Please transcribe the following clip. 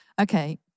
okay